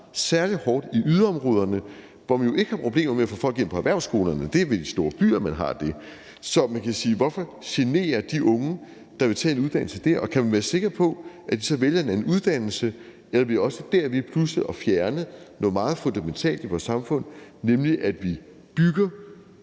særlig hårdt i yderområderne, hvor man jo ikke har problemer med at få folk ind på erhvervsskolerne – det er ved de store byer, man har det – så man kan spørge: Hvorfor genere de unge, der vil tage en uddannelse dér? Og kan man være sikker på, at de så vælger en anden uddannelse, eller er vi også der ved pludselig at fjerne noget meget fundamentalt i vores samfund, nemlig at vi bygger